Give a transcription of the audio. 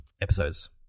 episodes